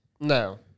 No